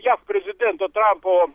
jav prezidento trampo